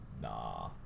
Nah